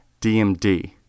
DMD